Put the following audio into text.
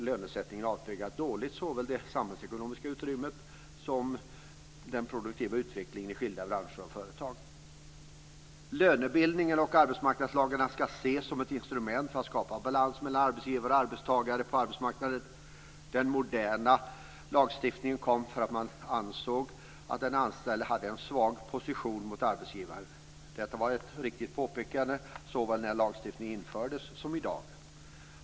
Lönesättningen avspeglar också dåligt såväl det samhällsekonomiska utrymmet som produktivitetsutvecklingen i skilda branscher och företag. Lönebildningen och arbetsmarknadslagarna ska ses som instrument för att skapa balans mellan arbetsgivare och arbetstagare på arbetsmarknaden. Den moderna arbetsmarknadslagstiftningen kom till därför att man ansåg att den anställde hade en svag position mot arbetsgivaren. Detta var ett riktigt påpekande såväl när lagstiftningen infördes som i dag.